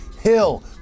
Hill